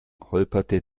holperte